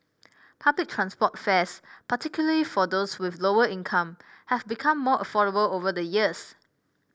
public transport fares particularly for those with lower income have become more affordable over the years